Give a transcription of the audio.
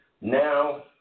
Now